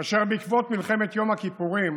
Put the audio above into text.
כאשר בעקבות מלחמת יום הכיפורים